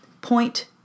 point